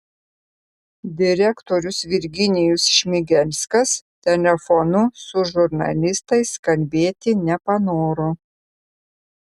direktorius virginijus šmigelskas telefonu su žurnalistais kalbėti nepanoro